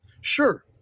Sure